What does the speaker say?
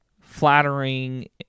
flattering